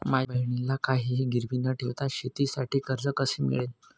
माझ्या बहिणीला काहिही गिरवी न ठेवता शेतीसाठी कर्ज कसे मिळेल?